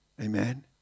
Amen